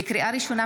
לקריאה ראשונה,